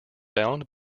bound